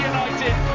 United